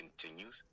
continues